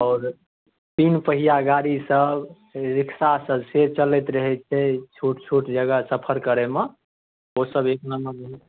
आओर तीन पहिया गाड़ी सब रिक्सा सब से चलैत रहै छै छोट छोट जगह सफर करैमे ओ सब एक नम्बर भेलै